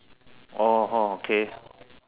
oh (ho) K